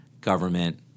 government